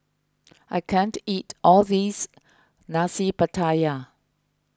I can't eat all of this Nasi Pattaya